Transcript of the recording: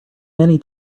many